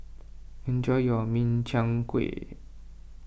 enjoy your Min Chiang Kueh